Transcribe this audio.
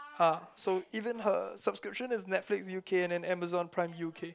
!huh! so even her subscription is Netflix U_K and then Amazon Prime U_K